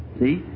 See